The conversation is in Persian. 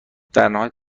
درنهایت